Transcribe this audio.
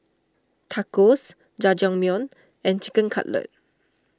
Tacos Jajangmyeon and Chicken Cutlet